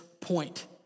point